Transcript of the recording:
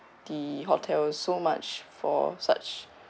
the hotel so much for such